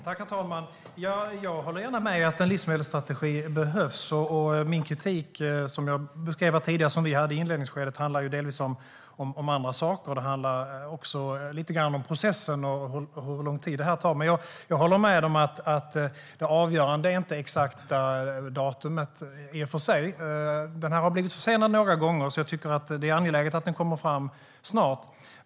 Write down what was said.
Herr talman! Jag håller gärna med om att en livsmedelsstrategi behövs, och den kritik vi hade i inledningsskedet och som jag beskrev tidigare handlade delvis om andra saker. Den handlade lite om processen och hur lång tid detta tar. Men jag håller med om att det avgörande inte är det exakta datumet. Strategin har blivit försenad några gånger, så jag tycker att det är angeläget att den kommer snart.